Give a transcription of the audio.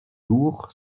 door